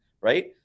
right